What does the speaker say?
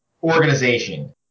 organization